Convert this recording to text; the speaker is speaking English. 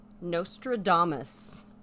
Nostradamus